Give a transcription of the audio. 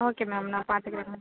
okay ma'am நான் பார்த்துக்குறன் ma'am